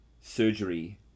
surgery